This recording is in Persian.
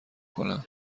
کنم